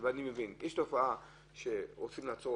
אני מבין שיש תופעה שרוצים לעצור,